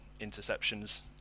interceptions